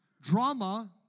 Drama